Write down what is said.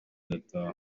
ndataha